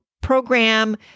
program